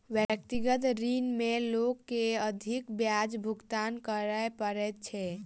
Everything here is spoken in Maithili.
व्यक्तिगत ऋण में लोक के अधिक ब्याज भुगतान करय पड़ैत छै